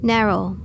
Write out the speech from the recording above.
Narrow